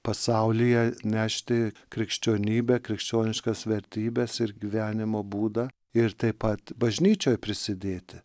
pasaulyje nešti krikščionybę krikščioniškas vertybes ir gyvenimo būdą ir taip pat bažnyčioje prisidėti